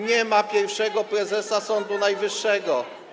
Nie ma pierwszego prezesa Sądu Najwyższego.